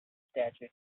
statue